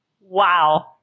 Wow